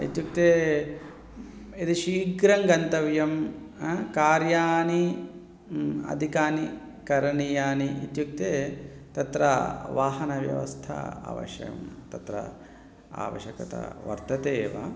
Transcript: इत्युक्ते यदि शीघ्रङ्गन्तव्यं हा कार्याणि अधिकानि करणीयानि इत्युक्ते तत्र वाहनव्यवस्था अवश्यं तत्र आवश्यकता वर्तते एव